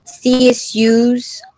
CSUs